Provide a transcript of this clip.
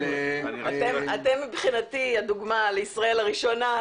אתם מבחינתי הדוגמה לישראל הראשונה,